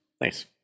nice